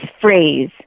phrase